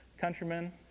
countrymen